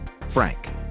Frank